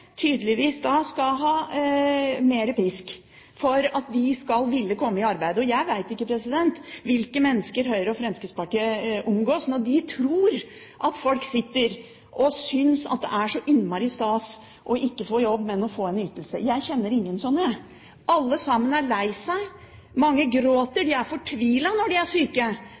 tydeligvis skal ha mer pisk for at de skal ville komme i arbeid. Jeg vet ikke hvilke mennesker Høyre og Fremskrittspartiet omgås, når de tror at folk sitter og syns at det er så innmari stas å ikke få jobb, men å få en ytelse. Jeg kjenner ingen sånne, jeg! Alle sammen er lei seg, mange gråter. De er fortvilte når de er syke,